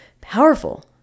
powerful